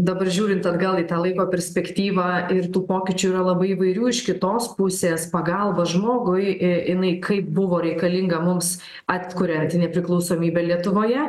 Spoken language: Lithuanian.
dabar žiūrint atgal į tą laiko perspektyvą ir tų pokyčių yra labai įvairių iš kitos pusės pagalba žmogui jinai kaip buvo reikalinga mums atkuriant nepriklausomybę lietuvoje